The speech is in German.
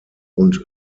und